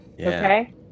Okay